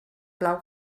clau